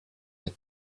mit